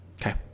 Okay